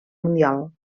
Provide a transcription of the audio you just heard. mundial